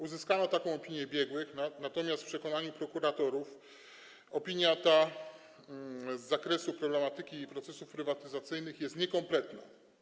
Uzyskano taką opinię biegłych, natomiast w przekonaniu prokuratorów opinia ta, z zakresu problematyki i procesów prywatyzacyjnych, jest niekompletna.